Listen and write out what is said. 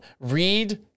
read